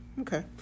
Okay